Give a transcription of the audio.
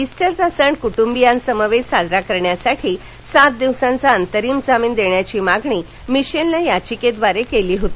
इस्टरचा सण कुटुंबियांसमवेत साजरा करण्यासाठी सात दिवसांचा अंतरिम जामीन देण्याची मागणी मिशेलनं याचिकेद्वारे केली होती